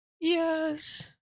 Yes